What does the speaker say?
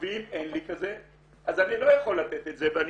ואם אין לי כזה אז אני לא יכול לתת את זה ואני